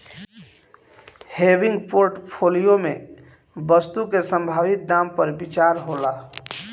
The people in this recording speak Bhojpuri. हेविंग पोर्टफोलियो में वस्तु के संभावित दाम पर विचार होला